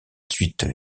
suite